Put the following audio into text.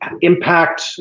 Impact